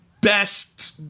Best